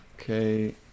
Okay